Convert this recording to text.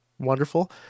wonderful